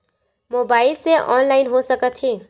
Mobile से online हो सकत हे?